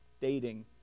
Dating